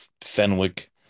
Fenwick